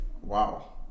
wow